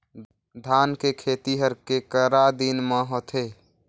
धान के खेती हर के करा दिन म होथे?